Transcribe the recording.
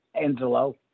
Angelo